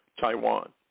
Taiwan